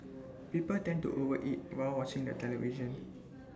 people tend to overeat while watching the television